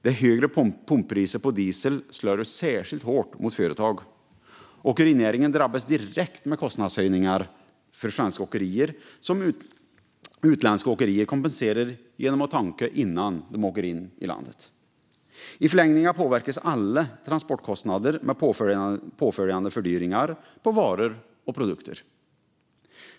Det högre pumppriset på diesel slår särskilt hårt mot företag. Åkerinäringen drabbas direkt av kostnadshöjningar för svenska åkerier som utländska åkerier kompenserar för genom att tanka innan de åker in i landet. I förlängningen påverkas alla transportkostnader av påföljande fördyringar på varor och produkter.